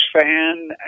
fan